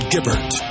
Gibbert